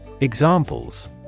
Examples